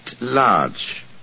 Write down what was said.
large